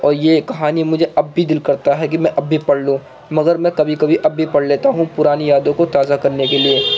اور یہ کہانی مجھے اب بھی دِل کرتا ہے کہ میں اب بھی پڑھ لوں مگر میں کبھی کبھی اب بھی پڑھ لیتا ہوں پُرانی یادوں کو تازہ کرنے کے لیے